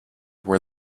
were